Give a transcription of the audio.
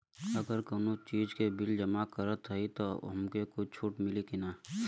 अगर कउनो चीज़ के बिल जमा करत हई तब हमके छूट मिली कि ना?